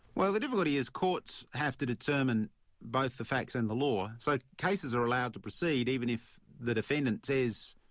well the difficulty is, courts have to determine both the facts and the law. so cases are allowed to proceed, even if the defendant says,